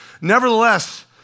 nevertheless